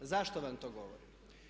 Zašto vam to govorim?